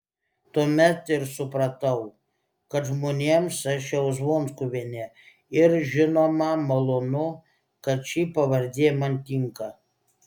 tuomet ir supratau kad žmonėms aš jau zvonkuvienė ir žinoma malonu kad ši pavardė man tinka